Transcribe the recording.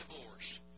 divorce